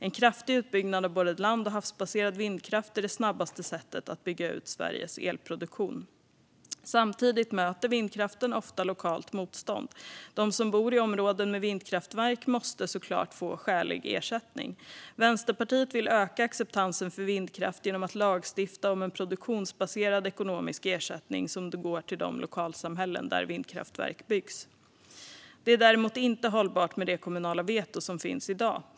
En kraftig utbyggnad av både land och havsbaserad vindkraft är det snabbaste sättet att bygga ut Sveriges elproduktion. Samtidigt möter vindkraften ofta lokalt motstånd. De som bor i områden med vindkraftverk måste såklart få skälig ersättning. Vänsterpartiet vill öka acceptansen för vindkraft genom att lagstifta om en produktionsbaserad ekonomisk ersättning som går till de lokalsamhällen där vindkraftverk byggs. Det är däremot inte hållbart med det kommunala veto som finns i dag.